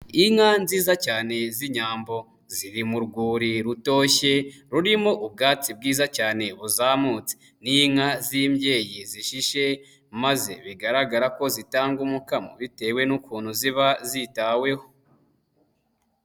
Inka nziza cyane z'Inyambo ziri mu rwuri rutoshye rurimo ubwatsi bwiza cyane buzamutse, ni inka z'imbyeyi zishishe maze bigaragara ko zitanga umukamo bitewe n'ukuntu ziba zitaweho.